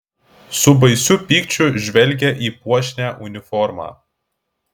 su baisiu pykčiu žvelgė į puošnią uniformą